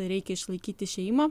reikia išlaikyti šeimą